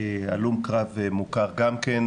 הלום קרב מוכר גם כן,